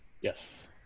Yes